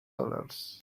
dollars